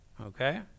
Okay